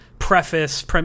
preface